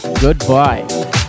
Goodbye